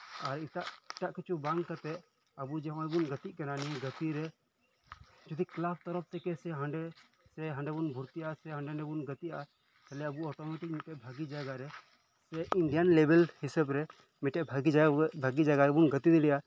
ᱟᱨ ᱮᱴᱟᱜ ᱮᱴᱟᱜ ᱠᱤᱪᱷᱩ ᱵᱟᱝ ᱠᱟᱛᱮᱫ ᱟᱵᱚ ᱡᱮᱢᱚᱱ ᱵᱚᱱ ᱜᱟᱛᱮᱜ ᱠᱟᱱᱟ ᱱᱤᱭᱟᱹ ᱜᱟᱛᱮᱨᱮ ᱡᱩᱫᱤ ᱠᱮᱞᱟᱯ ᱛᱚᱨᱚᱯ ᱛᱷᱮᱠᱮ ᱥᱮ ᱦᱟᱸᱰᱮ ᱥᱮ ᱦᱟᱸᱰᱮ ᱵᱚᱱ ᱵᱷᱚᱨᱛᱤᱜᱼᱟ ᱥᱮ ᱦᱟᱸᱰᱮ ᱱᱟᱸᱰᱮ ᱵᱚᱱ ᱜᱟᱛᱮᱜᱼᱟ ᱛᱟᱦᱞᱮ ᱟᱵᱚ ᱚᱴᱳᱢᱮᱴᱤᱠ ᱢᱤᱫ ᱴᱮᱱ ᱵᱷᱟᱜᱮᱹ ᱡᱟᱭᱜᱟᱨᱮ ᱥᱮ ᱤᱱᱰᱤᱭᱟᱱ ᱞᱮᱵᱮᱞ ᱦᱤᱥᱟᱹᱵᱽ ᱨᱮ ᱢᱤᱫ ᱴᱮᱱ ᱵᱷᱟᱜᱮᱹ ᱡᱟᱭᱜᱟ ᱵᱚᱱ ᱵᱷᱟᱜᱮᱹ ᱡᱟᱭᱜᱟ ᱨᱮᱵᱚᱱ ᱜᱟᱛᱮᱹ ᱫᱟᱲᱮᱭᱟᱜᱼᱟ